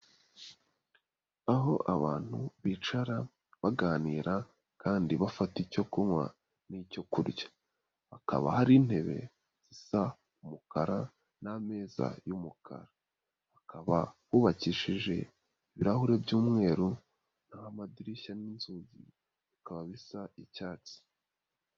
Aho abantu bicara baganira kandi bafata icyo kunywa n'icyo kurya, hakaba hari intebe zisa umukara n'ameza y'umukara, hakaba hubakishije ibirahuri by'umweru, naho amadirishya n'inzugi bikaba bisa icyatsi.